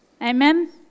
Amen